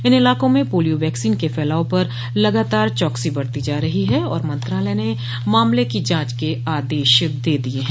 इन इलाकों में polio vaccine के फैलाव पर लगातार चाकसी बरती जा रही है और मंत्रालय ने मामले की जांच के आदेश दिये हैं